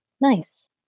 Nice